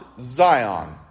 Zion